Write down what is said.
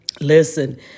Listen